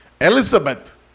Elizabeth